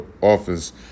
Office